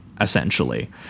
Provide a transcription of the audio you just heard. essentially